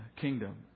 kingdom